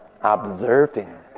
observing